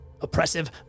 Oppressive